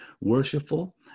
worshipful